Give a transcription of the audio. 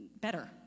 better